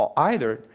um either,